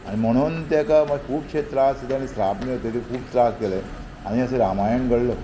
आनी म्हणून तेका मागीर खुबशे त्रास जाता श्राप मेवतकीर खूब त्रास केले आनी अशें रामायण घडलो